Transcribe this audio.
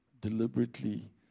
deliberately